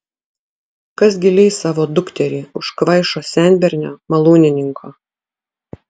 kas gi leis savo dukterį už kvaišo senbernio malūnininko